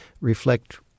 reflect